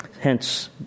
Hence